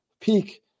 peak